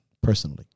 personally